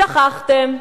שכחתם.